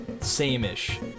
same-ish